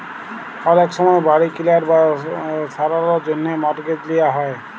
অলেক সময় বাড়ি কিলার বা সারালর জ্যনহে মর্টগেজ লিয়া হ্যয়